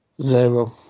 Zero